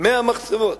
100 מחצבות,